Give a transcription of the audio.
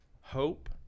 hope